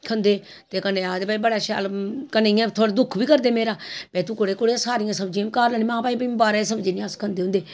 खंदे ते कन्नै आखदे भाई बड़ा शैल कन्नै इ'यां थोह्ड़ा दुक्ख बी करदे मेरा भाई कुड़े तूं सारियां सब्जियां बी घर अ'ऊं आखनी हां भाई बाह्रे दी सब्जी निं खंदे होंदे